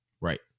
Right